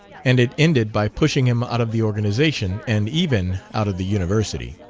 and it ended by pushing him out of the organization and even out of the university.